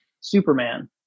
Superman